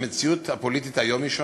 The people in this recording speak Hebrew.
המציאות הפוליטית היום היא שונה,